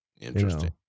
Interesting